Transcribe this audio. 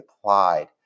applied